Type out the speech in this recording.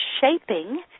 Shaping